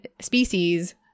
species